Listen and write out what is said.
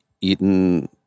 eaten